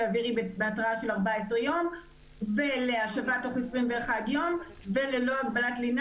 האווירי בהתראה של 14 יום ולהשבה תוך 21 יום וללא הגבלת לינה